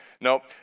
Nope